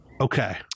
Okay